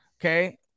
Okay